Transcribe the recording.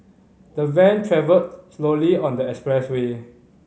the van travelled slowly on the expressway